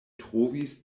trovis